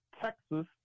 Texas